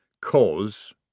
cause